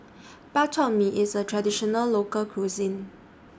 Bak Chor Mee IS A Traditional Local Cuisine